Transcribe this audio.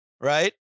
right